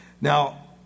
Now